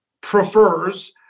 prefers